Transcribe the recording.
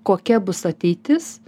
kokia bus ateitis